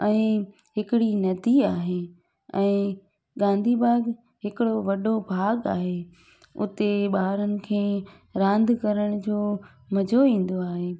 ऐं हिकिड़ी नदी आहे ऐं गांधी बाॻ हिकिड़ो वॾो बाॻ आहे हुते ॿारनि खे रांदि करण जो मज़ो ईंदो आहे